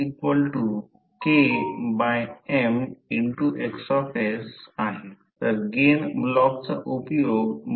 समजा वेबर पर metre square A हा एरिया आहे ते मीटर स्क्वेअर आहे तर ∅ B A ते वेबर आहे